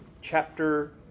chapter